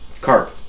carp